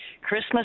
Christmas